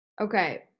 Okay